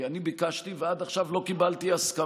כי אני ביקשתי, ועד עכשיו לא קיבלתי הסכמה.